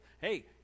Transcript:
hey